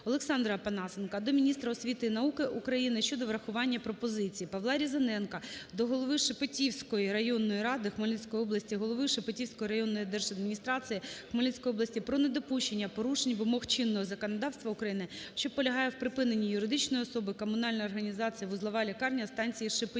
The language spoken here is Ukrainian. Олександра Опанасенка до міністра освіти і науки України щодо врахування пропозицій. Павла Різаненка до голови Шепетівської районної ради Хмельницької області, голови Шепетівської районної держадміністрації Хмельницької області про недопущення порушення вимог чинного законодавства України, що полягає в припиненні юридичної особи - комунальної організації "Вузлова лікарня станції Шепетівка".